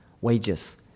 Wages